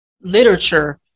literature